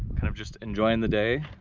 kind of just enjoying the day.